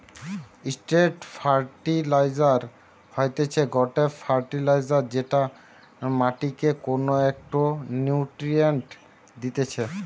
straight fertiliser হতিছে গটে fertiliser যেটা মাটিকে কোনো একটো নিউট্রিয়েন্ট দিতেছে